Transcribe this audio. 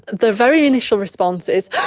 their very initial response is,